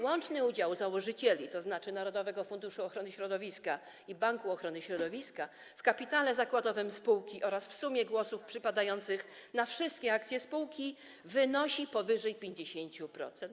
Łączny udział założycieli, tzn. Narodowego Funduszu Ochrony Środowiska i Gospodarki Wodnej i Banku Ochrony Środowiska, w kapitale zakładowym spółki oraz w sumie głosów przypadających na wszystkie akcje spółki wynosi powyżej 50%.